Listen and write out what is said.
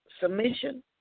submission